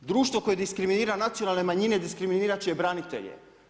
Društvo koje diskriminira nacionalne manjine, diskriminirati će i branitelje.